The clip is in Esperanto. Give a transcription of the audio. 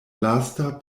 lasta